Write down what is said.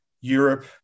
Europe